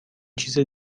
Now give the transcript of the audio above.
چیز